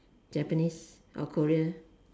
Japanese or Korean